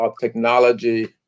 technology